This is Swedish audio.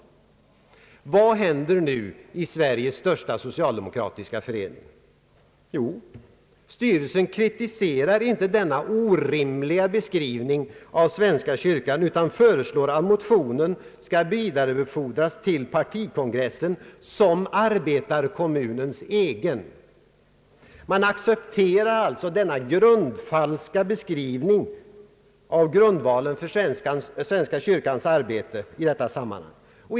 Vad händer nu i Sveriges största socialdemokratiska förening? Styrelsen kritiserar inte denna orimliga beskrivning av svenska kyrkan utan föreslår att motionen skall vidarebefordras till partikongressen som arbetarekommunens egen. Man accepterar alltså denna grundfalska beskrivning av grundvalen för svenska kyrkans arbete i detta sammanhang.